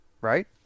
right